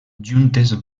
juntes